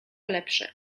lepsze